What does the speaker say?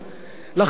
לכן, אני מצפה,